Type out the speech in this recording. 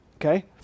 Okay